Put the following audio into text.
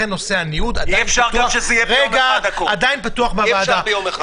לכן נושא הניוד עדיין פתוח בוועדה.